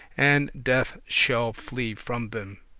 and death shall flee from them.